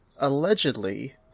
Allegedly